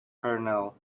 kernel